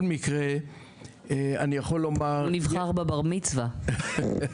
הוא נבחר בבר מצווה.